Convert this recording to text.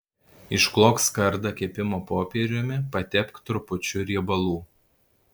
išklok skardą kepimo popieriumi patepk trupučiu riebalų